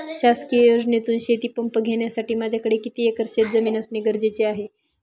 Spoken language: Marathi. शासकीय योजनेतून शेतीपंप घेण्यासाठी माझ्याकडे किती एकर शेतजमीन असणे गरजेचे आहे?